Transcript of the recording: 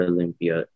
Olympia